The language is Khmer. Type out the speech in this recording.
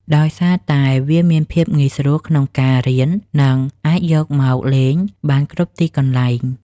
ដោយសារតែវាមានភាពងាយស្រួលក្នុងការរៀន និងអាចយកមកលេងបានគ្រប់ទីកន្លែង។